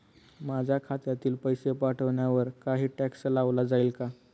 माझ्या खात्यातील पैसे पाठवण्यावर काही टॅक्स लावला जाईल का?